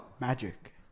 Magic